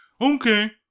Okay